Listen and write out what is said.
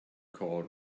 call